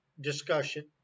discussion